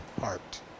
heart